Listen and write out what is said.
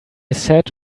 said